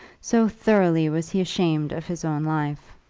so thoroughly was he ashamed of his own life.